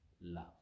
love